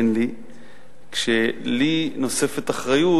כשלי נוספת אחריות,